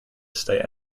estate